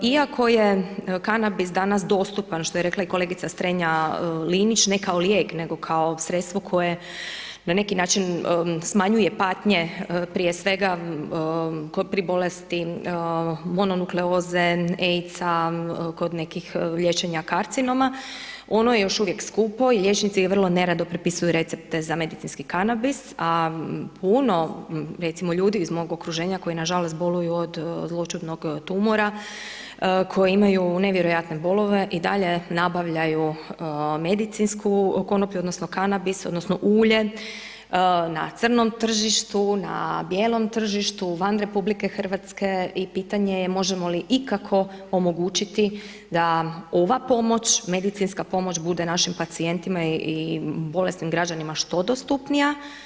Iako je kanabis danas dostupan, što je rekla i kolegica Strenja Linić, ne kao lijek, nego kao sredstvo koje na neki način, smanjuje patnje, prije svega koje pri bolesti, mononukleoze, AIDS-a, kod nekih liječenja karcinoma, ono je još uvijek skupo i liječnici je vrlo nerado prepisuju recepte za medicinski kanabis, a puno recimo, ljudi iz mog okruženja, koji nažalost boluju od zloćudnog tumora, koje imaju nevjerojatne bolove i dalje nabavljaju medicinsku konoplju, odnosno, kanabis, odnosno, ulje, na crnom tržištu, na bijelom tržištu, van RH i pitanje je možemo li ikako omogućiti da ova pomoć, medicinska pomoć bude našim pacijentima i bolesnim građanima što dostupnija.